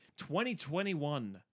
2021